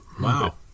Wow